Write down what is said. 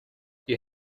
you